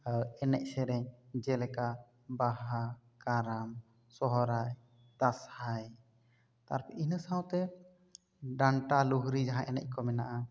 ᱮᱱᱮᱡ ᱥᱮᱨᱮᱧ ᱡᱮᱞᱮᱠᱟ ᱵᱟᱦᱟ ᱠᱟᱨᱟᱢ ᱥᱚᱨᱦᱟᱭ ᱫᱟᱥᱟᱸᱭ ᱟᱨ ᱤᱱᱟᱹ ᱥᱟᱶᱛᱮ ᱰᱟᱱᱴᱟ ᱞᱩᱦᱨᱤ ᱡᱟᱦᱟᱸ ᱮᱱᱮᱡ ᱠᱚ ᱢᱮᱱᱟᱜᱼᱟ